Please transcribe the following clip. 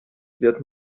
wird